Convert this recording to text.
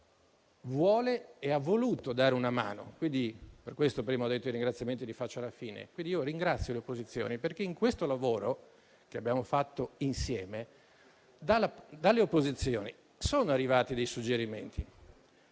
vuole e ha voluto dare una mano. Per questo prima ho detto che i ringraziamenti li faccio alla fine. Ringrazio le opposizioni perché in questo lavoro, che abbiamo fatto insieme, dalle opposizioni sono arrivati dei suggerimenti